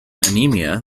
anemia